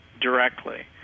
directly